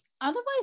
Otherwise